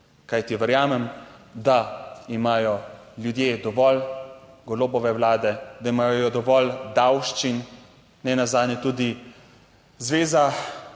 Kajti, verjamem, da imajo ljudje dovolj Golobove vlade, da imajo dovolj davščin, nenazadnje tudi zveza